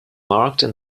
marked